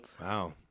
Wow